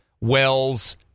wells